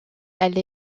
elle